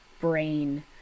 brain